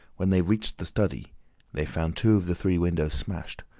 when they reached the study they found two of the three windows smashed,